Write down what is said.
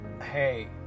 hey